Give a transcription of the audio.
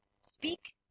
speak